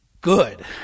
good